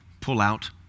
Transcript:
pullout